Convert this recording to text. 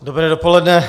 Dobré dopoledne.